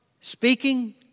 speaking